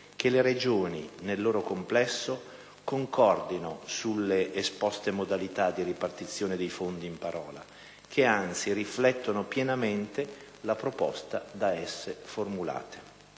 che le Regioni, nel loro complesso, concordino sulle esposte modalità di ripartizione dei fondi in parola, che anzi riflettono pienamente la proposta da esse formulate.